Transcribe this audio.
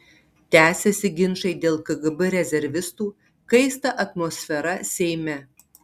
tęsiasi ginčai dėl kgb rezervistų kaista atmosfera seime